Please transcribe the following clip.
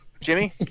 Jimmy